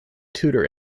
tutor